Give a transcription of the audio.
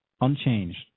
unchanged